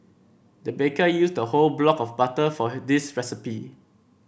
the baker used a whole block of butter for this recipe